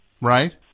Right